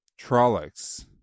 Trollocs